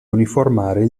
uniformare